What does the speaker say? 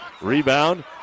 rebound